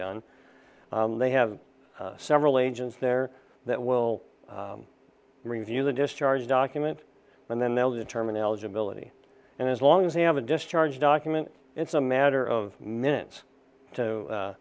done they have several agents there that will review the discharge document and then they'll determine eligibility and as long as they have a discharge document it's a matter of minutes to